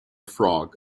frog